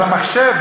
אז המחשב,